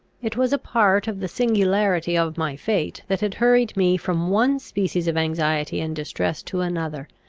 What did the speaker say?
it was a part of the singularity of my fate that it hurried me from one species of anxiety and distress to another,